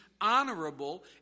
honorable